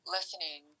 Listening